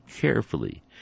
carefully